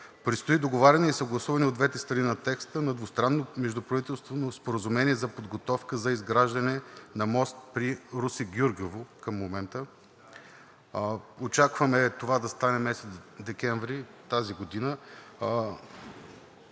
Предстои договаряне и гласуване от двете страни на текста на двустранно междуправителствено споразумение за подготовка за изграждане на мост при Русе – Гюргево към момента. Очакваме това да стане месец декември тази година.